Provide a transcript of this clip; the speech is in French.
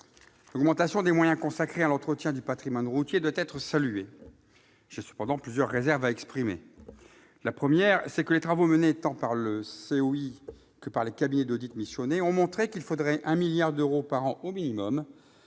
L'augmentation des moyens consacrés à l'entretien du patrimoine routier doit être saluée. J'ai cependant plusieurs réserves à exprimer. La première, c'est que les travaux menés tant par le Conseil d'orientation des infrastructures, le COI, que par les cabinets d'audit missionnés ont montré qu'il faudrait 1 milliard d'euros par an au minimum